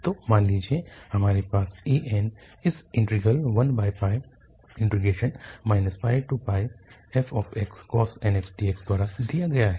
तो मान लीजिए हमारे पास an इस इंटीग्रल 1 πfxcos nx dx द्वारा दिया गया है